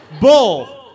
Bull